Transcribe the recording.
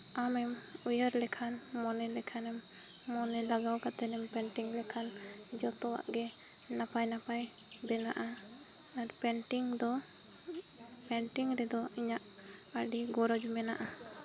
ᱟᱢᱮᱢ ᱩᱭᱦᱟᱹᱨ ᱞᱮᱠᱷᱟᱱ ᱢᱚᱱᱮ ᱞᱮᱠᱷᱟᱱᱮᱢ ᱢᱚᱱᱮ ᱞᱟᱜᱟᱣ ᱠᱟᱛᱮᱫ ᱮᱢ ᱯᱮᱱᱴᱤᱝ ᱞᱮᱠᱷᱟᱱ ᱡᱚᱛᱚᱣᱟᱜ ᱜᱮ ᱱᱟᱯᱟᱭ ᱱᱟᱯᱟᱭ ᱵᱮᱱᱟᱜᱼᱟ ᱟᱨ ᱯᱮᱱᱴᱤᱝ ᱫᱚ ᱯᱮᱱᱴᱤᱝ ᱨᱮᱫᱚ ᱤᱧᱟᱜ ᱟ ᱰᱤ ᱜᱚᱨᱚᱡᱽ ᱢᱮᱱᱟᱜᱼᱟ